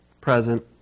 present